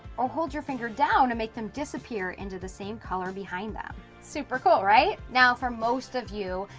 or hold your finger down to make them disappear into the same color behind them. super cool right? now for most of you,